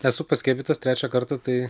esu paskiepytas trečią kartą tai